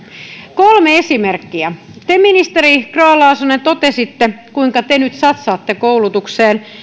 kolme esimerkkiä te ministeri grahn laasonen totesitte kuinka te nyt satsaatte koulutukseen